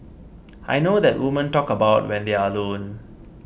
I know that women talk about when they're alone